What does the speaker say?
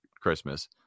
Christmas